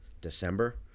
December